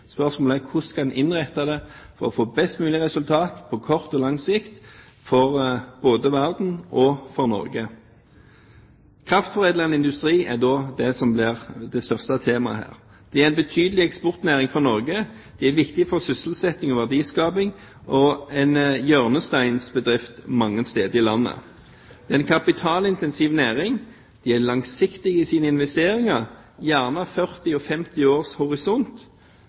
Spørsmålet er: Hvordan skal en innrette dette for å få best mulig resultat på kort og på lang sikt, både for verden og for Norge? Kraftforedlende industri blir det største temaet her. Det er en betydelig eksportnæring i Norge. De kraftforedlende industribedriftene er viktige for sysselsetting og verdiskaping og er hjørnesteinsbedrifter mange steder i landet. Dette er en kapitalintensiv næring som må være langsiktig i sine investeringer, gjerne med en tidshorisont på 40–50 år, og